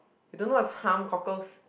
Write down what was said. you don't know what's hump cockles